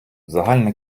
загальна